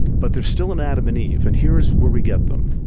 but there's still an adam and eve and here's where we get them.